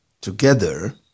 together